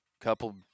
couple